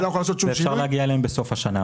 אפשר להגיע אליהם בסוף השנה.